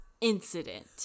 Incident